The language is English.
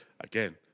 again